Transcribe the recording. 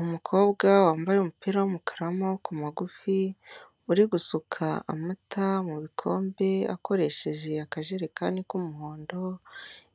Umukobwa wambaye umupira w'umukara w'amaboko magufi uri gusuka amata mu bikombe akoresheje akajerekani k'umuhondo,